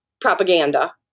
propaganda